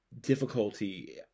difficulty